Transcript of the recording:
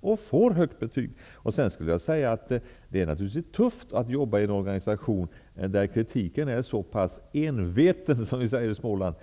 och får ett högt betyg. Det är naturligtvis tufft att jobba i en organisation där kritiken är så pass enveten.